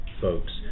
folks